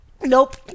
Nope